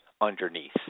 underneath